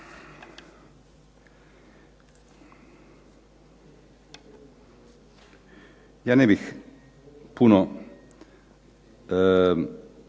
Ja ne bih puno